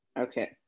Okay